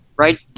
Right